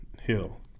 hill